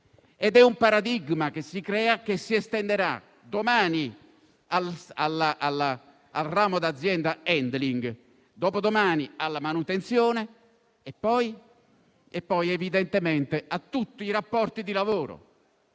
È un paradigma che si crea e che si estenderà domani al ramo di azienda *handling*, dopodomani alla manutenzione e poi, evidentemente, a tutti i rapporti di lavoro.